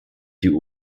die